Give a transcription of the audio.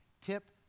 Tip